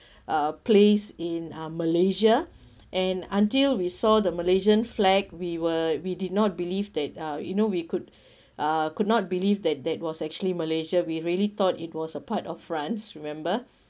uh place in uh malaysia and until we saw the malaysian flag we were we did not believe that uh you know we could uh could not believe that that was actually malaysia we really thought it was a part of france remember